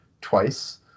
twice